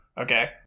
okay